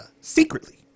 secretly